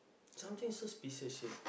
something suspicious here